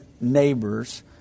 neighbors